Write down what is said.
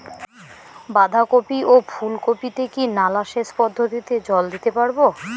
বাধা কপি ও ফুল কপি তে কি নালা সেচ পদ্ধতিতে জল দিতে পারবো?